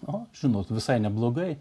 o žinot visai neblogai